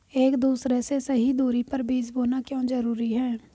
एक दूसरे से सही दूरी पर बीज बोना क्यों जरूरी है?